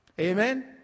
Amen